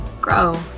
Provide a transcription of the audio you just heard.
Grow